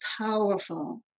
powerful